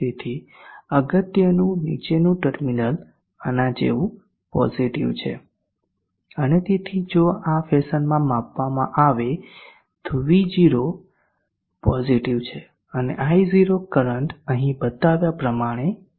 તેથી અગત્યનું નીચેનું ટર્મિનલ આના જેવું પોઝીટીવ છે અને તેથી જો આ ફેશનમાં માપવામાં આવે તો V0 પોઝીટીવ છે અને I0 કરંટ અહીં બતાવ્યા પ્રમાણે ઉપર જાય છે